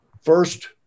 first